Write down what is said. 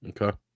Okay